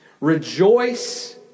Rejoice